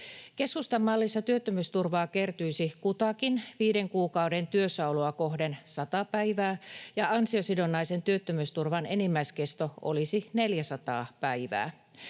Keskustan mallissa työttömyysturvaa kertyisi kutakin viiden kuukauden työssäoloa kohden 100 päivää ja ansiosidonnaisen työttömyysturvan enimmäiskesto olisi 400 päivää.